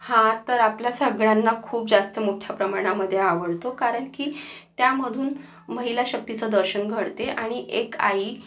हा तर आपल्या सगळ्यांना खूप जास्त मोठ्या प्रमाणामध्ये आवडतो कारण की त्यामधून महिलाशक्तीचं दर्शन घडते आणि एक आई